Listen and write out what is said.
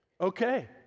okay